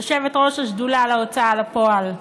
יושבת-ראש השדולה להוצאה לפועל?